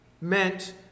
meant